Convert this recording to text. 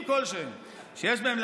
שם,